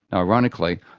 ah ironically,